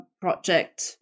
project